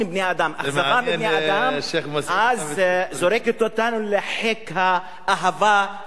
אכזבה מבני-אדם זורקת אותנו לחיק האהבה של החיות ובעלי-החיים.